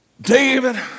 David